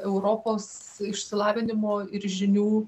europos išsilavinimo ir žinių